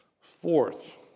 Fourth